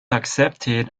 accepted